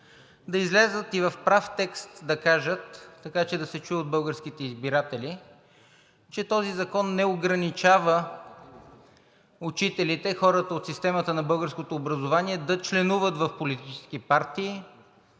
да излязат и в прав текст да кажат, така че да се чуе от българските избиратели, че този закон не ограничава учителите, хората от системата на българското образование да членуват в политически партии,